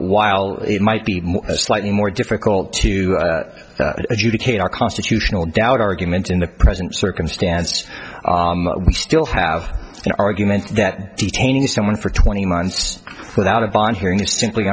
while it might be slightly more difficult to adjudicate our constitutional doubt argument in the present circumstances which still have an argument that detaining someone for twenty months without a bond hearing i